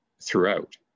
throughout